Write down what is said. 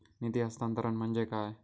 निधी हस्तांतरण म्हणजे काय?